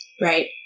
right